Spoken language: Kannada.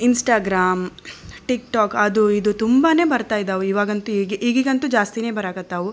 ಇನ್ಸ್ಟಾಗ್ರಾಮ್ ಟಿಕ್ಟಾಕ್ ಅದು ಇದು ತುಂಬಾ ಬರ್ತಾ ಇದಾವೆ ಇವಾಗಂತೂ ಈಗೀಗಂತೂ ಜಾಸ್ತಿನೇ ಬರಾಕತ್ತಾವು